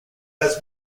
has